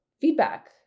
feedback